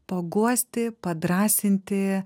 paguosti padrąsinti